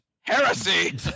heresy